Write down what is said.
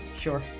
sure